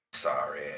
sorry